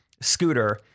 scooter